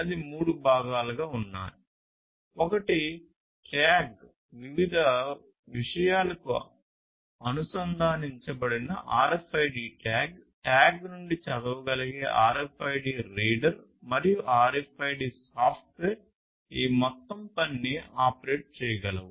అవి మూడు భాగాలుగా ఉన్నాయి ఒకటి ట్యాగ్ వివిధ విషయాలకు అనుసంధానించబడిన RFID ట్యాగ్ ట్యాగ్ నుండి చదవగలిగే RFID రీడర్ మరియు RFID సాఫ్ట్వేర్ ఈ మొత్తం పనిని ఆపరేట్ చేయగలవు